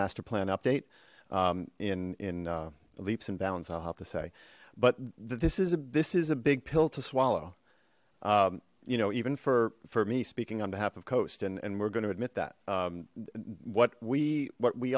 master plan update in in leaps and bounds i'll have to say but this is this is a big pill to swallow you know even for for me speaking on behalf of coast and we're going to admit that what we w